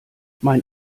mein